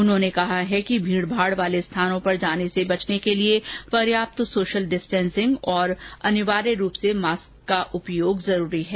उन्होंने कहा है कि भीड़भाड़ वाले स्थानों पर जाने से बचने के साथ पर्याप्त सोशल डिस्टेंसिंग और अनिवार्य रूप से मास्क का उपयोग भी जरूरी है